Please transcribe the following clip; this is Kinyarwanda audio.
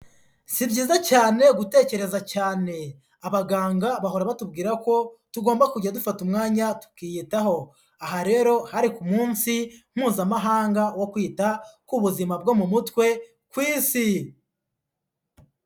Si byiza cyane gutekereza cyane, abaganga bahora batubwira ko tugomba kujya dufata umwanya tukiyitaho, aha rero hari ku munsi mpuzamahanga wo kwita ku buzima bwo mu mutwe ku Isi.